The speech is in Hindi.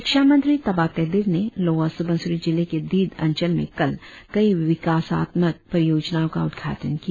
शिक्षा मंत्री ताबा तेदिर ने लोअर सुबनसिरी जिले के दीद अंचल में कल कई विकासात्मक परियोजनाओं का उद्घाटन किया